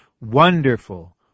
Wonderful